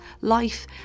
life